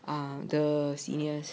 um the seniors